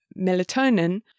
melatonin